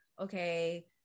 okay